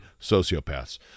sociopaths